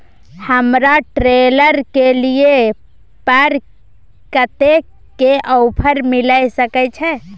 हमरा ट्रेलर के लिए पर कतेक के ऑफर मिलय सके छै?